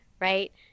right